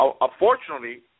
Unfortunately